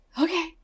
okay